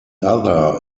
other